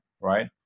right